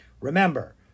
Remember